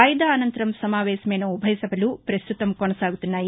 వాయిదా అనంతరం సమావేశమైన ఉభయ సభలు ప్రస్తుతం కొనసాగుతున్నాయి